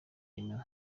ibintu